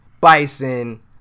Bison